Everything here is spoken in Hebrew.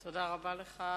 תודה רבה לך.